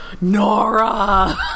Nora